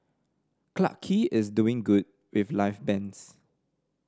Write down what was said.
Clarke Quay is doing good with live bands